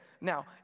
Now